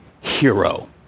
hero